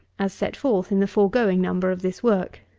as set forth in the foregoing number of this work.